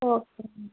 okay ma'am